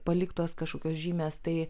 paliktos kažkokios žymės tai